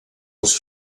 els